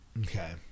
Okay